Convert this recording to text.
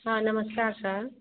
हाँ नमस्कार सर